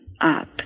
up